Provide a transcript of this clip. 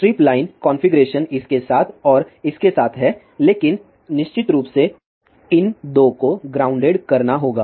strip line configuration इसके साथ और इसके साथ है लेकिन निश्चित रूप से इन 2 को ग्राउंडेड करना होगा